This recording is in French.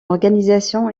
organisation